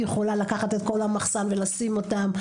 יכולה לקחת את כל המחסן ולשים אותם,